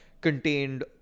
contained